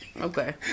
Okay